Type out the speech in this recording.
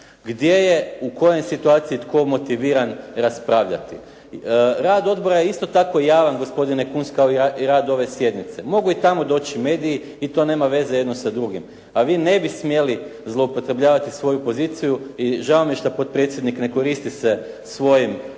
gdje je u kojoj situaciji tko motiviran raspravljati. Rad odbora je isto tako javan gospodine Kunst kao i rad ove sjednice. Mogu i tamo doći mediji i to nema veze jedno sa drugim. A vi ne bi smjeli zloupotrebljavati svoju poziciju i žao mi je što potpredsjednik ne koristi se svojim